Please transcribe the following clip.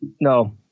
no